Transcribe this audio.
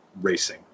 racing